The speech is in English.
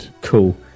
Cool